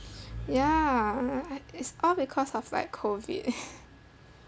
ya it's all because of like COVID